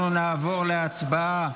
אנחנו נעבור להצבעה